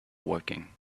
woking